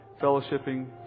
fellowshipping